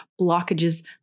blockages